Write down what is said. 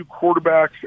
quarterbacks